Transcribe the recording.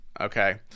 Okay